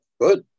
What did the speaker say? good